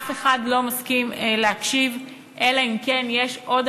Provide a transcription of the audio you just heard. אף אחד לא מסכים להקשיב להם אלא אם כן יש עוד